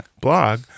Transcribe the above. blog